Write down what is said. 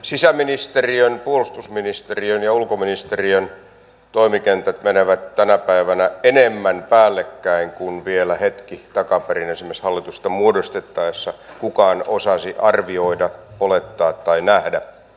sisäministeriön puolustusministeriön ja ulkoministeriön toimikentät menevät tänä päivänä enemmän päällekkäin kuin vielä hetki takaperin esimerkiksi hallitusta muodostettaessa kukaan osasi arvioida olettaa tai nähdä